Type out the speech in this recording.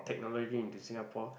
technology into Singapore